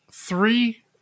Three